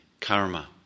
karma